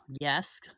Yes